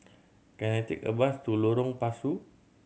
can I take a bus to Lorong Pasu